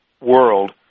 world